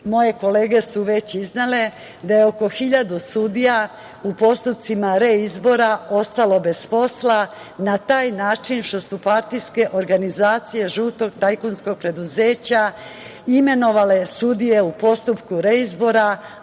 Moje kolege su već iznele da je oko 1.000 sudija u postupcima reizbora ostalo bez posla na taj način što su partijske organizacije žutog tajkunskog preduzeća imenovale sudije u postupku reizbora,